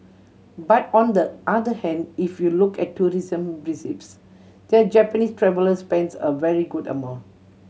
but on the other hand if you look at tourism receipts the Japanese traveller spends a very good amount